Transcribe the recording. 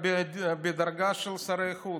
בדרג של שרי החוץ,